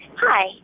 Hi